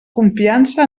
confiança